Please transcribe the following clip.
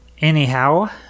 anyhow